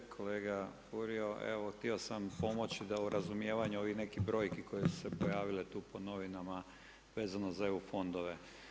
Kolega Furio, evo htio sam pomoći da u razumijevanju ovih nekih brojki koje su se pojavile tu po novine, vezano za EU fondove.